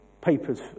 papers